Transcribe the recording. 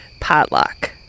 potluck